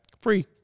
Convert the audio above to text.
free